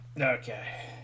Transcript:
Okay